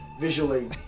visually